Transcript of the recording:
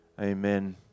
amen